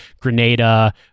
Grenada